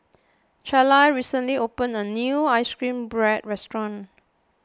Charla recently opened a new Ice Cream Bread restaurant